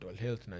health